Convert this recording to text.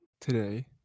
today